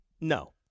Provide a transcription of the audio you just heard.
No